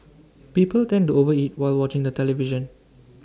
people tend to over eat while watching the television